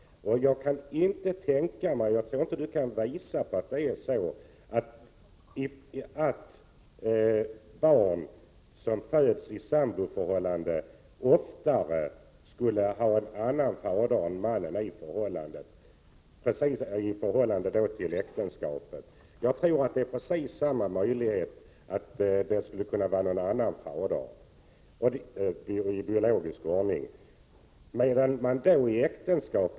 Jag tror inte att Ewa Hedkvist Petersen kan visa att barn som föds i ett samboförhållande oftare skulle ha en annan fader än den som modern lever tillsammans med i detta förhållande än vad som är fallet beträffande barn i ett äktenskap. Jag tror att möjligheten för att fadern är en annan än den som modern lever med är lika stor i ett äktenskap.